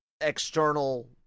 external